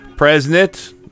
President